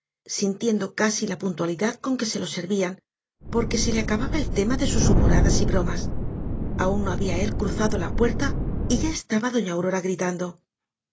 sintiendo casi la puntualidad con que se lo servían porque se le acababa el tema de sus humoradas y bromas aún no había él cruzado la puerta y ya estaba doña aurora gritando